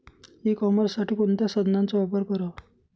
E कॉमर्ससाठी कोणत्या साधनांचा वापर करावा?